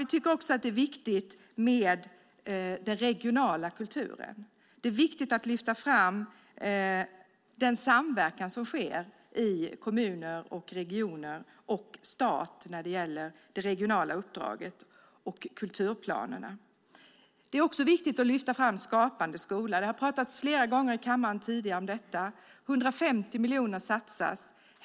Vi tycker också att det är viktigt med den regionala kulturen. Det är viktigt att lyfta fram den samverkan som sker i kommuner, regioner och stat när det gäller det regionala uppdraget och kulturplanerna. Det är också viktigt att lyfta fram Skapande skola. Det har flera gånger tidigare talats i kammaren om detta. 150 miljoner satsas.